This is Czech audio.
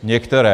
Některé.